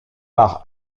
par